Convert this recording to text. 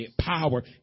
power